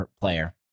player